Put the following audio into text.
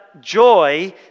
joy